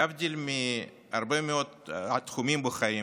להבדיל מהרבה מאוד תחומים בחיים,